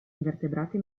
invertebrati